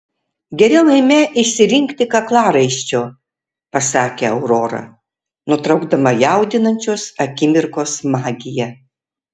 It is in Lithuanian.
geriau eime išsirinkti kaklaraiščio pasakė aurora nutraukdama jaudinančios akimirkos magiją